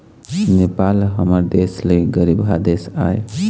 नेपाल ह हमर देश ले गरीबहा देश आय